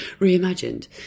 Reimagined